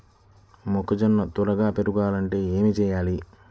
మొక్కజోన్న త్వరగా పెరగాలంటే ఏమి చెయ్యాలి?